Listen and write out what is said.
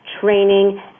training